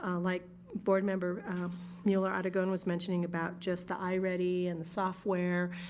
um like board member muller-aragon was mentioned about just the iready and the software,